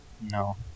No